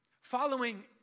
following